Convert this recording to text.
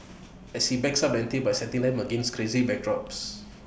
but he ups the ante by setting them against crazy backdrops